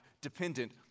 dependent